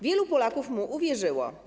Wielu Polaków mu uwierzyło.